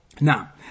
Now